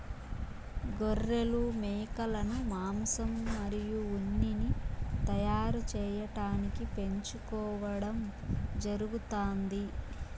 గొర్రెలు, మేకలను మాంసం మరియు ఉన్నిని తయారు చేయటానికి పెంచుకోవడం జరుగుతాంది